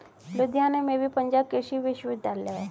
लुधियाना में भी पंजाब कृषि विश्वविद्यालय है